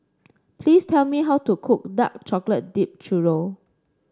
please tell me how to cook Dark Chocolate Dip Churro